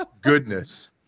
Goodness